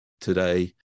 today